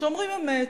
שאומרים אמת.